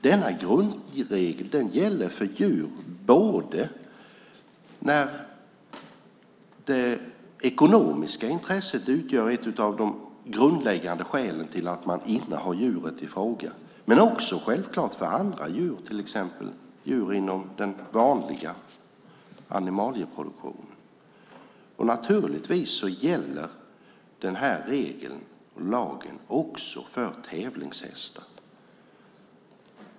Denna grundidé gäller för djur både när det ekonomiska intresset utgör ett av de grundläggande skälen till att man innehar djuret i fråga och självklart för andra djur, till exempel djur inom den vanliga animalieproduktionen. Naturligtvis gäller lagen också för tävlingshästar.